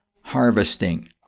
harvesting